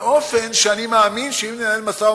אני מסתובב בכל מיני שכונות בירושלים.